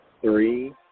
three